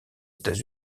états